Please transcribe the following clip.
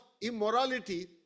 immorality